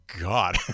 god